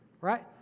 Right